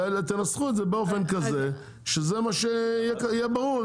ותנסחו את זה באופן כזה שזה מה שיהיה ברור.